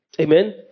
Amen